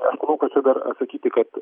aš manau kad čia dar atsakyti kad